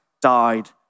died